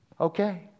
Okay